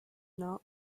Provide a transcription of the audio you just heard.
not